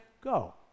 go